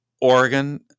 Oregon